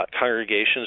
congregations